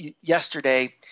yesterday –